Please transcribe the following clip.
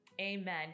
Amen